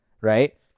right